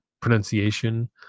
pronunciation